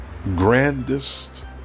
grandest